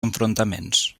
enfrontaments